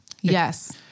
Yes